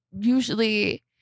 usually